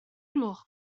gloch